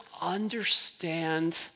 understand